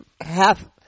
half